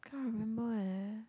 can't remember eh